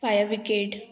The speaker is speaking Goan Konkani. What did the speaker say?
five wicket